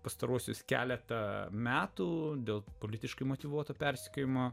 pastaruosius keletą metų dėl politiškai motyvuoto persekiojimo